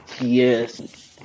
yes